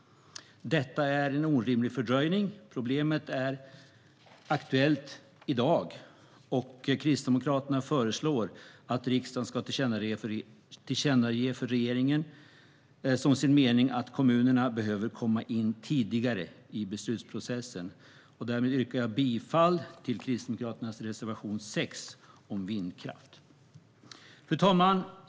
Detta är en orimlig fördröjning. Problemet är aktuellt i dag, och Kristdemokraterna föreslår att riksdagen ska tillkännage för regeringen som sin mening att kommunerna behöver komma in tidigare i beslutsprocessen. Därmed yrkar jag bifall till Kristdemokraternas reservation 6 om vindkraft. Fru talman!